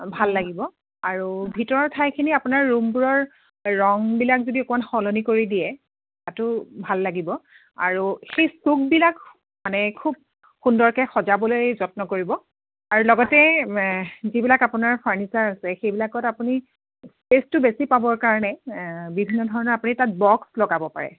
ভাল লাগিব আৰু ভিতৰৰ ঠাইখিনি আপোনাৰ ৰুমবোৰৰ ৰংবিলাক যদি অকণমান সলনি কৰি দিয়ে তাতো ভাল লাগিব আৰু সেই চুকবিলাক মানে খুব সুন্দৰকৈ সজাবলৈ যত্ন কৰিব আৰু লগতে যিবিলাক আপোনাৰ ফাৰ্নিচাৰ আছে সেইবিলাকত আপুনি স্পেচটো বেছি পাবৰ কাৰণে বিভিন্ন ধৰণৰ আপুনি তাত বক্স লগাব পাৰে